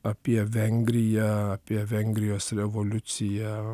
apie vengriją apie vengrijos revoliuciją